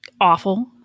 awful